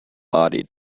body